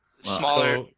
Smaller